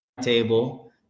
table